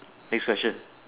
next question